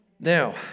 Now